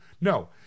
No